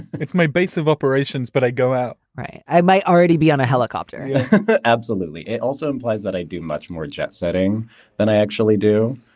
it's my base of operations, but i go out. right. i might already be on a helicopter but absolutely. it also implies that i do much more jet setting than i actually do.